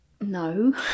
no